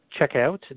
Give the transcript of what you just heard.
checkout